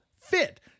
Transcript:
fit